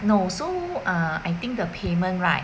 no so err I think the payment right